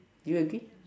do you agree